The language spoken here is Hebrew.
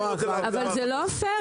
אבל זה לא פייר,